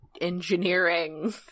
engineering